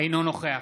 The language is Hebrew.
אינו נוכח